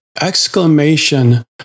exclamation